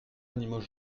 animaux